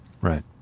Right